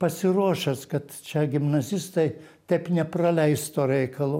pasiruošęs kad čia gimnazistai taip nepraleis to reikalo